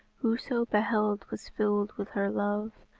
whoso beheld was filled with her love.